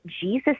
Jesus